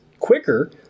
Quicker